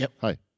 Hi